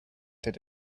did